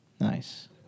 Nice